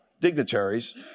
dignitaries